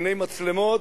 לעיני מצלמות,